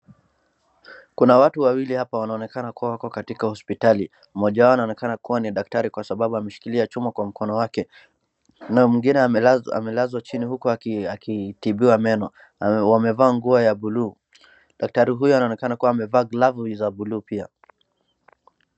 Kuna watu wawili hapa wanaoneka kuwa wako katika hospitali. Mmoja wao anaonekana kuwa ni daktari kwa sababu ameshikilia chuma kwa mkono wake na mwingine amelazwa chini uku akitibiwa meno na wamevaa nguo ya buluu. Daktari huyu anaonekana kuwa amevaa glavu za buluu pia.